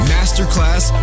Masterclass